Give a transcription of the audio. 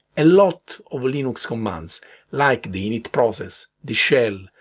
a lot of linux commands like the init process, the shell,